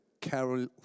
Carol